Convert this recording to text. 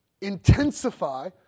intensify